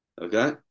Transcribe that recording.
Okay